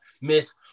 miss